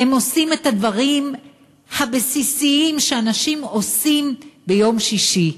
הם עושים את הדברים הבסיסיים שאנשים עושים ביום שישי,